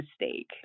mistake